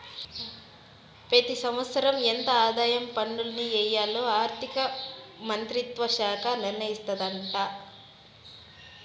పెతి సంవత్సరం ఎంత ఆదాయ పన్నుల్ని ఎయ్యాల్లో ఆర్థిక మంత్రిత్వ శాఖ నిర్ణయిస్తాదాట